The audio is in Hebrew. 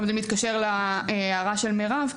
גם זה מתקשר להערה של מירב,